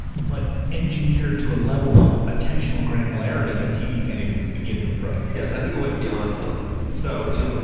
but engineered to a level of attentional granularity that tv can't even begin to approach. yes, i think it went beyond television. so you know,